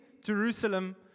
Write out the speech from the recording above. Jerusalem